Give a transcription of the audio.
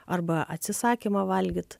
arba atsisakymą valgyt